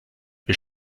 wir